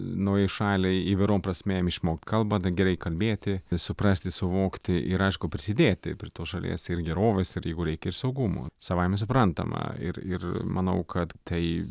naujai šaliai įvairiom prasmėm išmokt kalbą gerai kalbėti suprasti suvokti ir aišku prisidėti prie tos šalies gerovės ir jeigu reikia ir saugumo savaime suprantama ir ir manau kad tai